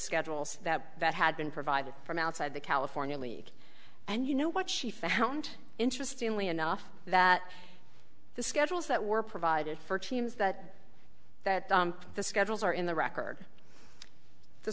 schedules that had been provided from outside the california league and you know what she found interesting lee enough that the schedules that were provided for teams that that the schedules are in the record the